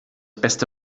beste